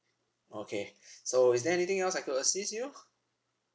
okay so is there anything else I could assist you